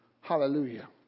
Hallelujah